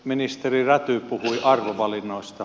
ministeri räty puhui arvovalinnoista